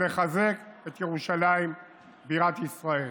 ולחזק את ירושלים בירת ישראל.